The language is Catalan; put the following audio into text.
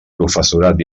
professorat